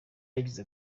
yagize